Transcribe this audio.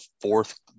fourth